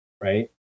right